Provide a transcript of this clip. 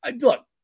look